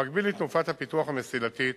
במקביל לתנופת הפיתוח המסילתית